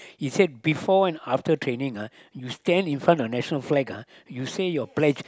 he said before and after training ah you stand in front of national flag ah you say your pledge